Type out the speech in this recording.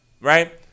right